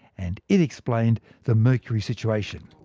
and it explained the mercury situation.